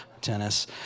Tennis